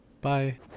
Bye